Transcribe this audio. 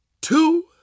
two